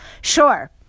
Sure